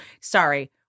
sorry